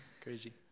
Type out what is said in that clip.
Crazy